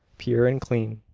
pure and clean.